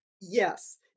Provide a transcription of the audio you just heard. Yes